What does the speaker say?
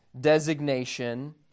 designation